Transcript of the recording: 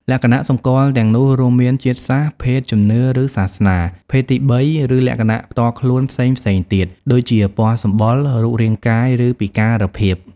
លក្ខណៈសម្គាល់ទាំងនោះរួមមាន ជាតិសាសន៍ ភេទ ជំនឿ ឬសាសនា ភេទទីបី ឬលក្ខណៈផ្ទាល់ខ្លួនផ្សេងៗទៀតដូចជា ពណ៌សម្បុរ រូបរាងកាយ ឬពិការភាព។